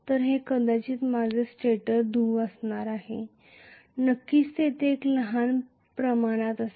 हे कदाचित माझे स्टेटर ध्रुव असणार आहे नक्कीच तेथे एक लहान प्रमाणात असेल